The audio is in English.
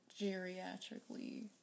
geriatrically